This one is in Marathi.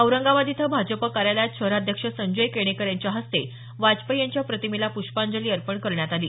औरंगाबाद इथं भाजप कार्यालयात शहराध्यक्ष संजय केणेकर यांच्या हस्ते वाजपेयी यांच्या प्रतिमेला प्रष्पांजली अर्पण करण्यात आली